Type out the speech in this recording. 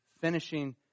finishing